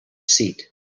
seat